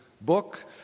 book